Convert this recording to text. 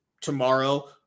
tomorrow